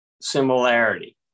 similarity